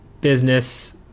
business